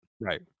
Right